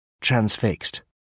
transfixed